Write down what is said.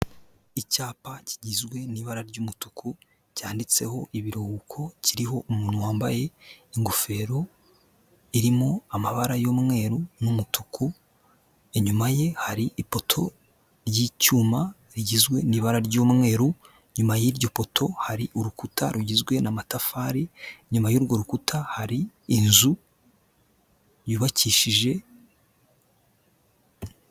Icyapa kigizwe n'ibara ry'umutuku cyanditseho ibiruhuko, kiriho umuntu wambaye ingofero irimo amabara y'umweru n'umutuku, inyuma ye hari ipoto ry'icyuma rigizwe n'ibara ry'umweru, inyuma y'iryo poto hari urukuta rugizwe n'amatafari, inyuma y'urwo rukuta hari inzu yubakishije...